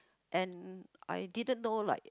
and I didn't know like